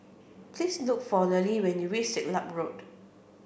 please look for Nealie when you reach Siglap Road